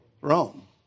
Rome